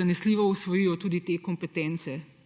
zanesljivo osvojijo tudi te kompetence,